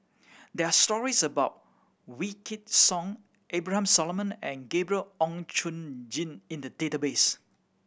there are stories about Wykidd Song Abraham Solomon and Gabriel Oon Chong Jin in the database